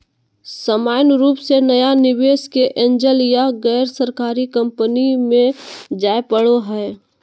सामान्य रूप से नया निवेशक के एंजल या गैरसरकारी कम्पनी मे जाय पड़ो हय